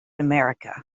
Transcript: america